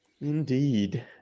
Indeed